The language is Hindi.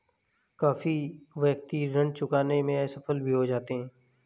काफी व्यक्ति ऋण चुकाने में असफल भी हो जाते हैं